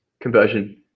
conversion